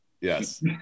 yes